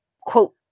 quote